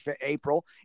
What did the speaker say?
April